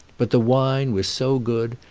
but the wine was so good,